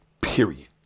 period